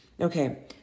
Okay